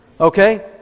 Okay